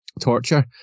torture